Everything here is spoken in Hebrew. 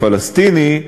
פלסטיני,